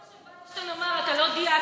זה לא מה שווינשטיין אמר, אתה לא דייקת.